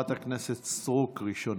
מכובדי היושב-ראש,